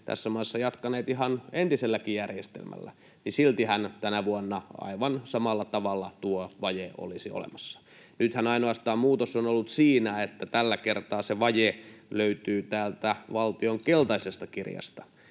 tässä maassa jatkaneet ihan entiselläkin järjestelmällä, siltihän tänä vuonna aivan samalla tavalla tuo vaje olisi olemassa. Nythän muutos on ollut ainoastaan siinä, että tällä kertaa se vaje löytyy täältä valtion keltaisesta kirjasta,